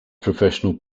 professional